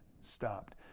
stopped